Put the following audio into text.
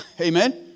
Amen